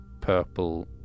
purple